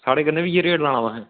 साढ़े कन्नै बी इयै रेट लाना तुसें